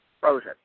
frozen